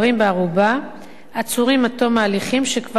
עצורים עד תום ההליכים שכבר הוגש נגדם כתב-אישום,